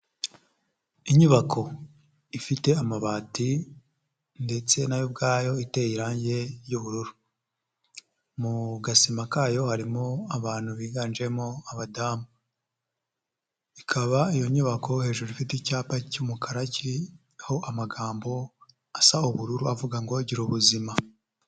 Inyubako ifite amabati ndetse na yo ubwayo iteye irangi ry'ubururu, mu gasima kayo harimo abantu biganjemo abadamuba, iyo nyubako hejuru ifite icyapa cy'umukara kiriho amagambo asa ubururu avuga ngo Gira ubuzima.